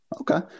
Okay